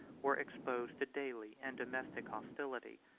were exposed to daily and domestic hostility.